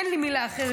אין לי מילה אחרת,